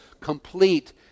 complete